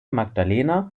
magdalena